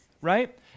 right